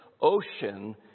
ocean